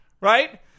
right